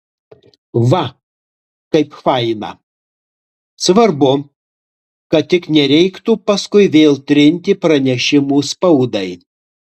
va kaip faina svarbu kad tik nereiktų paskui vėl trinti pranešimų spaudai